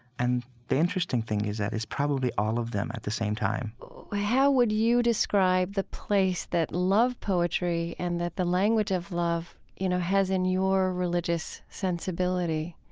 and the interesting thing is that it's probably all of them at the same time how would you describe the place that love poetry and that the language of love, you know, has in your religious sensibility?